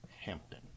Hampton